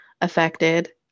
affected